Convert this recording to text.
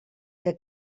que